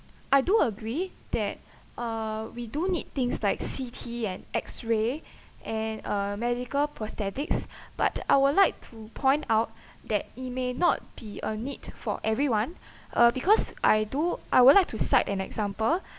I do agree that uh we do need things like C_T and X ray and uh medical prosthetics but I would like to point out that it may not be a need for everyone uh because I do I would like to cite an example